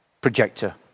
projector